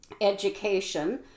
education